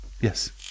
Yes